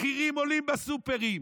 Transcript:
מחירים עולים בסופרים,